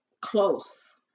close